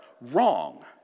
wrong